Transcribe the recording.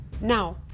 now